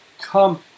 come